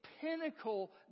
pinnacle